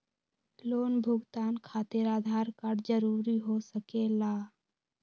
Loan भुगतान खातिर Aadhaar card जरूरी हो सके ला?